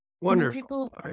Wonderful